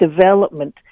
development